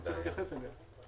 צריך להתייחס אליה.